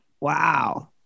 Wow